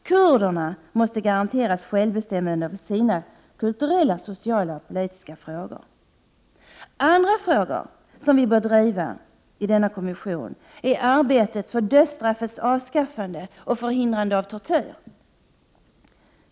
Kurderna måste garanteras självbestämmande över sina kulturella, sociala och politiska frågor. Andra frågor som vi bör driva i denna kommission är arbetet för dödsstraffets avskaffande och förhindrande av tortyr.